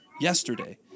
yesterday